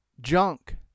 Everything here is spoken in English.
junk